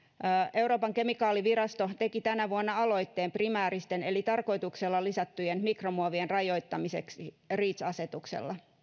euroopan kemikaalivirasto teki tänä vuonna aloitteen primääristen eli tarkoituksella lisättyjen mikromuovien rajoittamiseksi reach asetuksella